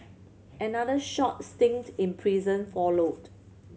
another short stint in prison followed